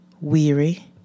Weary